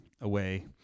away